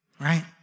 right